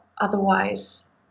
otherwise